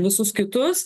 visus kitus